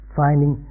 finding